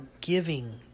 giving